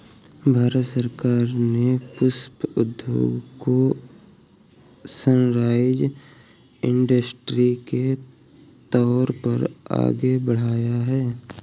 भारत सरकार ने पुष्प उद्योग को सनराइज इंडस्ट्री के तौर पर आगे बढ़ाया है